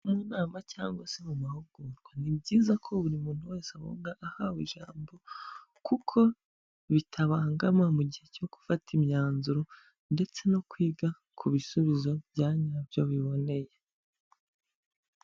Mu nama cyangwa se mu mahugurwa, ni byiza ko buri muntu wese avuga ahawe ijambo kuko bitabangama mu gihe cyo gufata imyanzuro ndetse no kwiga ku bisubizo byanyabyo biboneye.